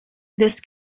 this